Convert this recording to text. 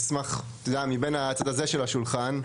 אני אשמח, גם מבין הצד הזה של השולחן,